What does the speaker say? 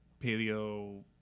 paleo